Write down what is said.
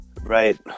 Right